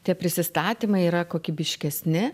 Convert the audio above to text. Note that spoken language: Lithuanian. tie prisistatymai yra kokybiškesni